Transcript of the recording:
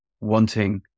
wanting